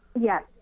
Yes